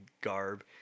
garb